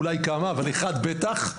אולי כמה אבל אחד בטח.